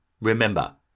Remember